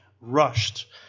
rushed